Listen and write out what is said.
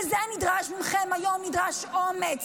וזה הנדרש מכם היום, נדרש אומץ.